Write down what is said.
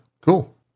Cool